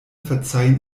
verzeihen